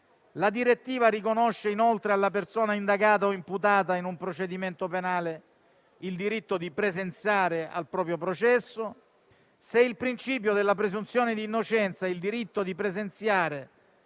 la direttiva riconosce inoltre alla persona indagata o imputata in un procedimento penale il diritto di presenziare al proprio processo; se il principio della presunzione di innocenza e il diritto di presenziare